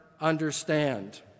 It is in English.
understand